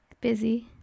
busy